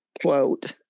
Quote